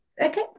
okay